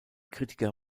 kritiker